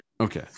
Okay